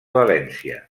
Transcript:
valència